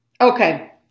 Okay